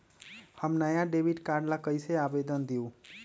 हम नया debit card ला कईसे आवेदन दिउ?